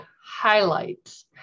highlights